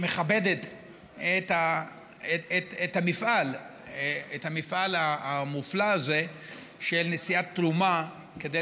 שמכבדת את המפעל המופלא הזה של נשיאת תרומה כדי